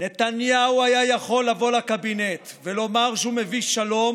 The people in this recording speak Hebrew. "נתניהו היה יכול לבוא לקבינט ולומר שהוא מביא שלום